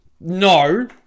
No